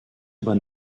aber